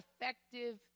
effective